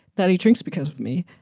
that he drinks because of me,